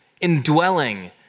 indwelling